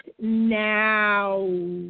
now